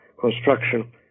construction